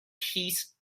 peace